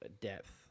depth